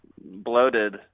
bloated